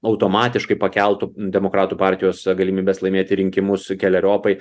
automatiškai pakeltų demokratų partijos galimybes laimėti rinkimus keleriopai